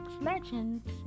Legends